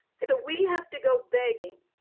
so we have to go begging